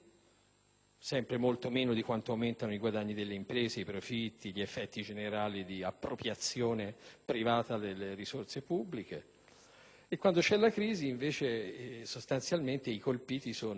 sempre molto meno di quanto aumentano i guadagni delle imprese, i profitti e gli effetti generali di appropriazione privata delle risorse pubbliche. Quando c'è la crisi, invece, sostanzialmente i colpiti sono